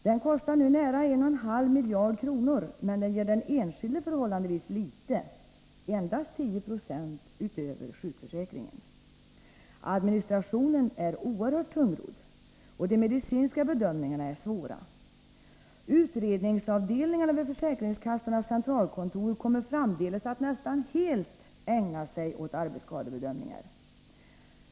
Den kostar nu nära 1,5 miljarder, men den ger den enskilde förhållandevis litet — endast 10 70 utöver sjukförsäkringen. Administrationen är oerhört tungrodd och de medicinska bedömningarna svåra. Utredningsavdelningarna vid försäkringskassornas centralkontor kommer framdeles att nästan helt ägna sig åt arbetsskadebedömningar.